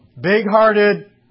big-hearted